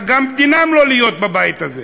גם דינם לא להיות בבית הזה.